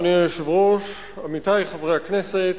אדוני היושב-ראש, עמיתי חברי הכנסת,